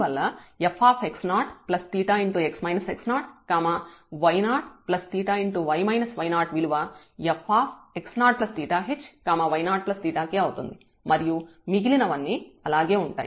దీనివల్ల fx0𝜃 y0𝜃 విలువ fx0𝜃h y0𝜃kఅవుతుంది మరియు మిగిలినవన్నీ అలాగే ఉంటాయి